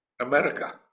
America